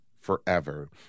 forever